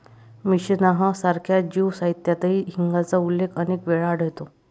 Mishnah सारख्या Jew साहित्यातही हिंगाचा उल्लेख अनेक वेळा आढळतो